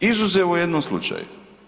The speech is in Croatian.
Izuzev u jednom slučaju.